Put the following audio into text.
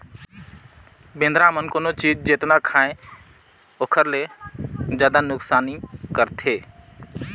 बेंदरा मन कोनो चीज जेतना खायें ओखर ले जादा नुकसानी करथे